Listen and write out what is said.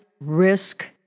risk